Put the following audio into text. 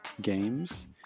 games